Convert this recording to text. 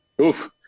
Oof